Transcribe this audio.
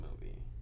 movie